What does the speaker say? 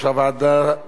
הרווחה והבריאות,